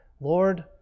Lord